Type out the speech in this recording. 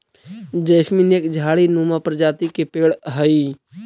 jasmine एक झाड़ी नुमा प्रजाति के पेड़ हई